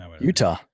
Utah